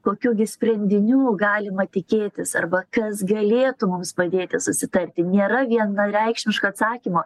kokių gi sprendinių galima tikėtis arba kas galėtų mums padėti susitarti nėra vienareikšmiško atsakymo